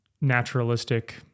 naturalistic